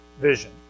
vision